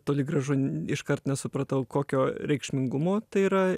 toli gražu iškart nesupratau kokio reikšmingumo tai yra